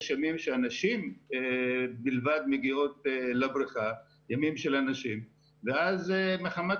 יש ימים שנשים בלבד מגיעות לבריכה ואז מחמת